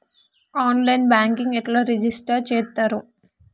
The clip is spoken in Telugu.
ఆన్ లైన్ బ్యాంకింగ్ ఎట్లా రిజిష్టర్ చేత్తరు?